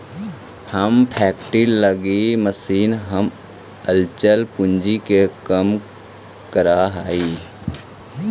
हमर फैक्ट्री लगी मशीन हमर अचल पूंजी के काम करऽ हइ